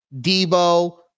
Debo